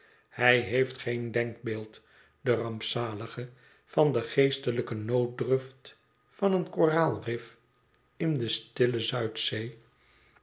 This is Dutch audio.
hij heeft geen denkbeeld de rampzalige van de geestelijke nooddruft van een koraalrif in de stille zuidzee